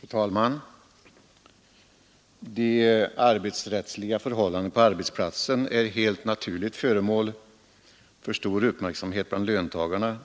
Fru talman! De arbetsrättsliga förhållandena är helt naturligt föremål för stor uppmärksamhet bland löntagarna,